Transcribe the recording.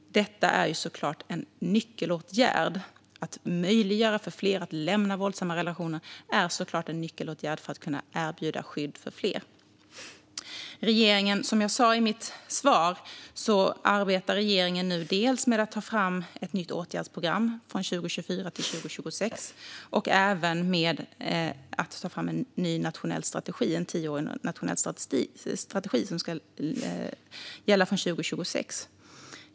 Det är såklart en nyckelåtgärd för att möjliggöra för fler att lämna våldsamma relationer att kunna erbjuda skydd för fler. Som jag sa i mitt svar arbetar regeringen nu med att ta fram ett nytt åtgärdsprogram för 2024-2026 och även med att ta fram en ny nationell tioårig strategi som ska gälla från 2026.